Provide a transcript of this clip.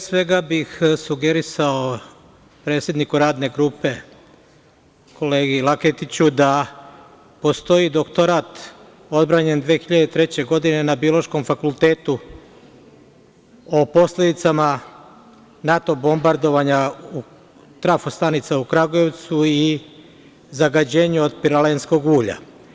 Pre svega bih sugerisao predsedniku Radne grupe kolegi Laketiću da postoji doktorat odbranjen 2003. godine na Biološkom fakultetu o posledicama NATO bombardovanja trafostanica u Kragujevcu i zagađenju od piralenskog ulja.